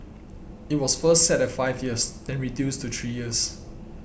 it was first set at five years then reduced to three years